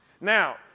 Now